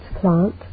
plant